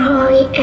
Holly